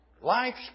life's